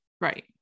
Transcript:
Right